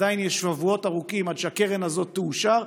עדיין יש שבועות ארוכים עד שהקרן הזאת תאושר,